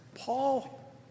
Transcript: Paul